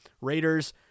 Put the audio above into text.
Raiders